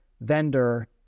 vendor